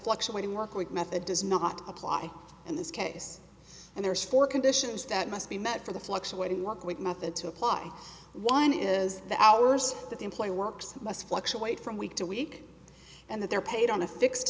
fluctuating work week method does not apply in this case and therefore conditions that must be met for the fluctuating work with method to apply one is the hours that the employer works less fluctuate from week to week and that they're paid on a fixed